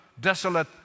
desolate